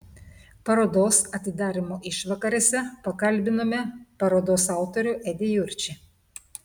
parodos atidarymo išvakarėse pakalbinome parodos autorių edį jurčį